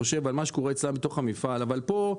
מכון התקנים?